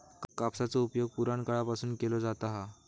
कापसाचो उपयोग पुराणकाळापासून केलो जाता हा